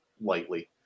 lightly